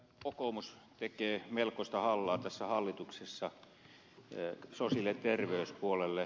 kokoomus tekee melkoista hallaa tässä hallituksessa sosiaali ja terveyspuolelle